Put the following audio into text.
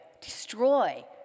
Destroy